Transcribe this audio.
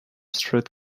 throat